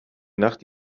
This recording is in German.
nacht